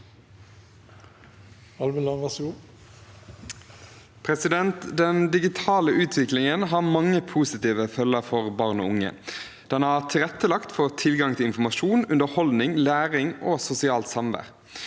(komiteens leder): Den digitale utviklingen har mange positive følger for barn og unge. Den har tilrettelagt for tilgang til informasjon, underholdning, læring og sosialt samvær.